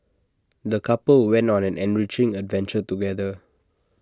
the couple went on an enriching adventure together